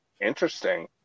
interesting